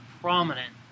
prominent